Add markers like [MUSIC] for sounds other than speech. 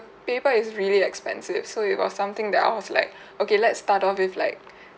paper is really expensive so it was something that I was like [BREATH] okay let's start off with like [BREATH]